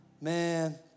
man